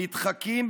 / נדחקים,